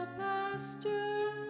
pasture